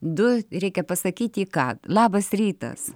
du reikia pasakyti į ką labas rytas